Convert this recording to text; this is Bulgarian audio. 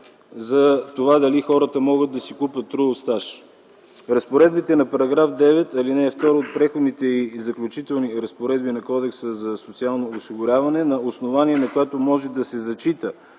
за това дали хората могат да си купят трудов стаж. Разпоредбите на § 9, ал. 2 от Преходните и заключителни разпоредби на Кодекса за социално осигуряване, на основание, на което може да се зачита